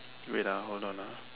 wait ah hold on ah